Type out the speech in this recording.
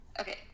okay